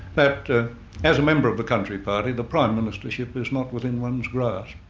that ah as a member of the country party, the prime ministership is not within one's grasp.